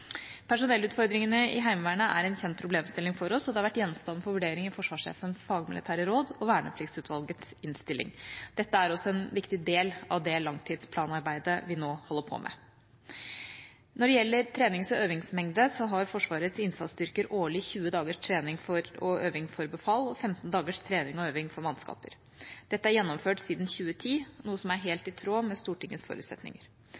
Personellutfordringene i Heimevernet er en kjent problemstilling for oss, og det har vært gjenstand for vurdering i forsvarssjefens fagmilitære råd og Vernepliktutvalgets innstilling. Dette er også en viktig del av det langtidsplanarbeidet vi nå holder på med. Når det gjelder trenings- og øvingsmengde, har Forsvarets innsatsstyrker årlig 20 dagers trening og øving for befal og 15 dagers trening og øving for mannskaper. Dette er gjennomført siden 2010, noe som er helt i tråd med Stortingets forutsetninger.